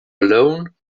alone